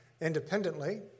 independently